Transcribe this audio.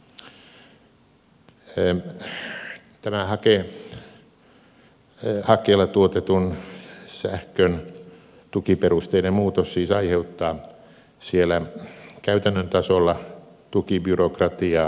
tämä hakkeella tuotetun sähkön tukiperusteiden muutos siis aiheuttaa siellä käytännön tasolla tukibyrokratiaa